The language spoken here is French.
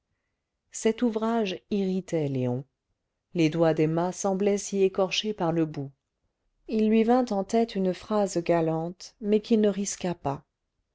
cet ouvrage irritait léon les doigts d'emma semblaient s'y écorcher par le bout il lui vint en tête une phrase galante mais qu'il ne risqua pas